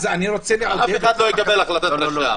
אף אחד לא יקבל החלטת רשם.